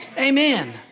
Amen